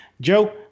Joe